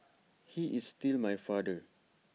he is still my father